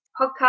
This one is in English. podcast